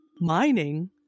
Mining